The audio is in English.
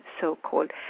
so-called